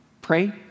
pray